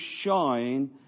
shine